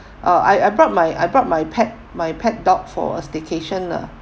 uh I I brought my I brought my pet my pet dog for a staycation lah